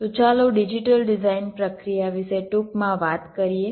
તો ચાલો digital design પ્રક્રિયા વિશે ટૂંકમાં વાત કરીએ